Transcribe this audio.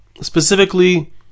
specifically